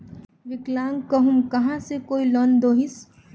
विकलांग कहुम यहाँ से कोई लोन दोहिस?